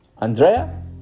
Andrea